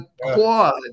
quad